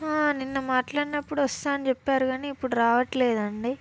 నిన్న మాట్లాడినప్పుడు వస్తాం అని చెప్పారు కాని ఇప్పుడు రావటం లేదు అండి